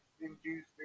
induced